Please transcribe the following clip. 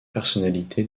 personnalités